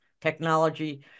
technology